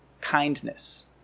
kindness